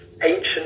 ancient